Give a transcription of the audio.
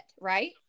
right